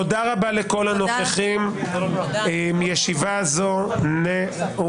תודה רבה לכל הנוכחים, ישיבה זו נעולה.